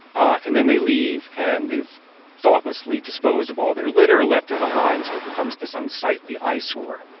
and then they leave, and they've thoughtlessly disposed of all their litter, left it behind so it becomes this unsightly eyesore